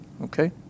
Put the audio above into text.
Okay